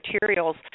materials